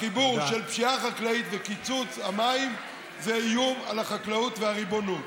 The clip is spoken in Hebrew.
החיבור של פשיעה חקלאית וקיצוץ המים זה איום על החקלאות והריבונות.